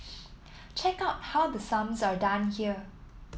check out how the sums are done here